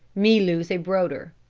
me lose a broder.